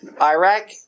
Iraq